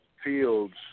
fields